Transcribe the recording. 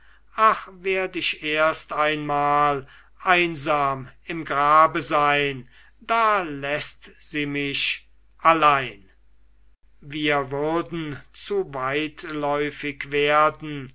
ach werd ich erst einmal einsam im grabe sein da läßt sie mich allein wir würden zu weitläufig werden